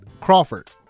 Crawford